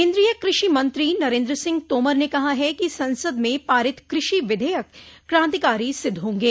केन्द्रीय कृषि मंत्री नरेन्द्र सिंह तोमर ने कहा है कि संसद में पारित कृषि विधेयक क्रांतिकारी सिद्ध होंगे